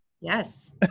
Yes